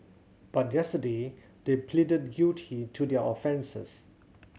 but yesterday they pleaded guilty to their offences